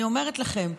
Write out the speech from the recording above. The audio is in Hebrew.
אני אומרת לכם,